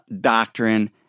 doctrine